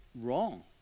wrong